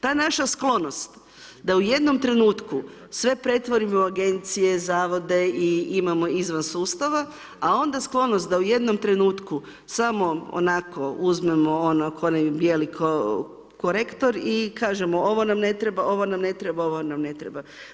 Ta naša sklonost, da u jednom trenutku, sve pretvorimo u agencije, zavode i imamo izvan sustava, a onda sklonost da u jednom trenutku, samo onako, uzmemo ono ko onaj bijeli korektor i kažemo, ovo nam ne treba, ovo nam ne treba, ovo nam ne treba.